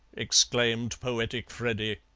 exclaimed poetic freddy.